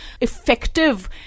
effective